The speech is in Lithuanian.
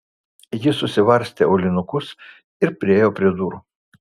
ji susivarstė aulinukus ir priėjo prie durų